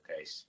okay